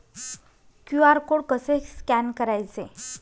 QR code कसे scan करायचे?